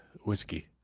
whiskey